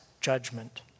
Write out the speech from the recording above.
judgment